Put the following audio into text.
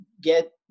get